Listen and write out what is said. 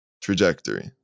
trajectory